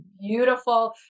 beautiful